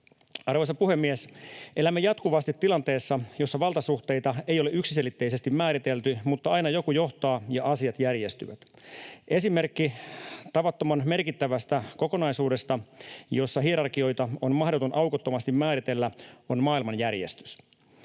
Arvoisa puhemies! Elämme jatkuvasti tilanteessa, jossa valtasuhteita ei ole yksiselitteisesti määritelty mutta aina joku johtaa ja asiat järjestyvät. Esimerkki tavattoman merkittävästä kokonaisuudesta, jossa hierarkioita on mahdoton aukottomasti määritellä, on maailmanjärjestys.